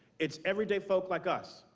it's every day folk like us.